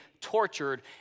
tortured